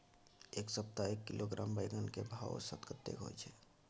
ऐ सप्ताह एक किलोग्राम बैंगन के भाव औसत कतेक होय छै?